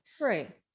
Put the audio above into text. Right